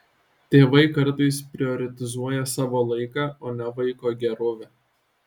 tėvai kartais prioritizuoja savo laiką o ne vaiko gerovę